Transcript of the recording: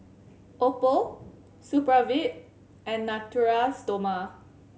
Oppo Supravit and Natura Stoma